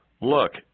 Look